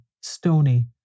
stony